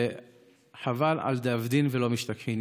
וחבל על דאבדין ולא משתכחין.